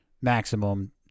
maximum